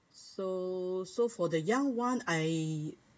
so so for the young ones I